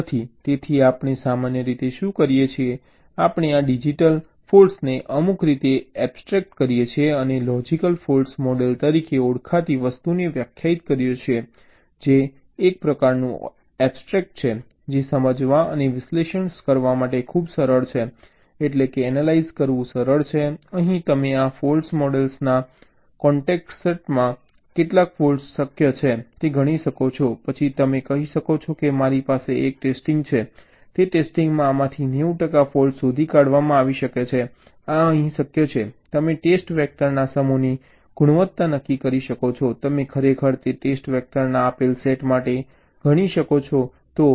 તેથી આપણે સામાન્ય રીતે શું કરીએ છીએ આપણે આ ફિજીકલ ફૉલ્ટ્સને અમુક રીતે એબ્સ્ટ્રેક્ટ કરીએ છીએ અને લોજિકલ ફોલ્ટ મોડેલ તરીકે ઓળખાતી વસ્તુને વ્યાખ્યાયિત કરીએ છીએ જે એક પ્રકારનું એબ્સ્ટ્રેક્ટ છે જે સમજવા અને વિશ્લેષણ કરવા માટે ખૂબ સરળ છે એટલે કે એનાલાઇઝ કરવું સરળ છે અહીં તમે આ ફોલ્ટ મોડલના કોન્ટેક્સટમાં કેટલા ફૉલ્ટ્સ શક્ય છે તે ગણી શકો છો પછી તમે કહી શકો છો કે મારી પાસે એક ટેસ્ટિંગ છે તે ટેસ્ટિંગમાં આમાંથી 90 ટકા ફૉલ્ટ્સ શોધી કાઢવામાં આવી શકે છે આ અહીં શક્ય છે તમે ટેસ્ટ વેક્ટરના સમૂહની ગુણવત્તા નક્કી કરી શકે છે તમે ખરેખર તે ટેસ્ટ વેક્ટરના આપેલ સેટ માટે ગણી શકો છો